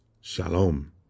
shalom